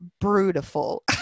brutal